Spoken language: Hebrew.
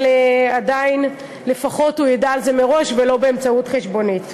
אבל עדיין לפחות הוא ידע על זה מראש ולא באמצעות חשבונית.